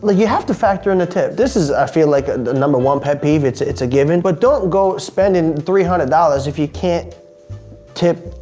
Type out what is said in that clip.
you have to factor in a tip. this is, i feel, like, the and number one pet peeve. it's it's a given. but don't go spending three hundred dollars if you can't tip.